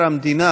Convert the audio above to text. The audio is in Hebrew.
מרגי,